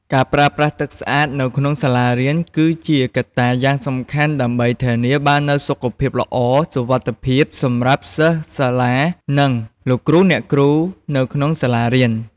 ការប្រើប្រាស់ទឹកសា្អតនៅក្នុងសាលារៀនគឺជាកត្តាយ៉ាងសំខាន់ដើម្បីធានាបាននូវសុខភាពល្អ សុវត្ថិភាពសម្រាប់សិស្សសាលានិងលោកគ្រូអ្នកគ្រូនៅក្នុងសាលារៀន។